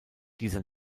dieser